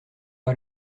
pas